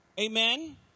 Amen